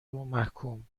ومحکوم